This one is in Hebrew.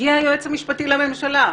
הגיע היועץ המשפטי לממשלה,